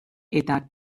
eta